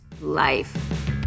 life